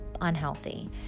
unhealthy